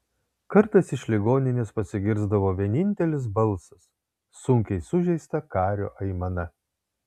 kartais iš ligoninės pasigirsdavo vienintelis balsas sunkiai sužeisto kario aimana